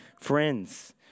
Friends